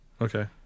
Okay